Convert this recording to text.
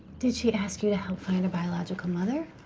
did she ask you to help find her biological mother?